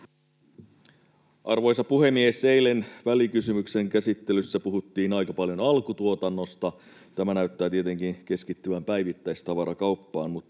Arvoisa puhemies! Eilen välikysymyksen käsittelyssä puhuttiin aika paljon alkutuotannosta. Tämä näyttää tietenkin keskittyvän päivittäistavarakauppaan,